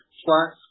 plus